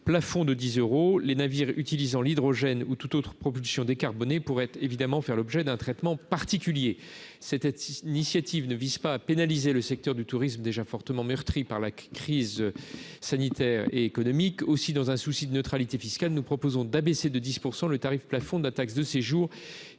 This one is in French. plafond de 10 euros les navires utilisant l'hydrogène ou toute autre proposition décarbonés pour être évidemment faire l'objet d'un traitement particulier c'était initiative ne vise pas à pénaliser le secteur du tourisme déjà fortement meurtri par la crise sanitaire et économique aussi, dans un souci de neutralité fiscale, nous proposons d'abaisser de 10 % le tarif plafond de la taxe de séjour